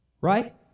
Right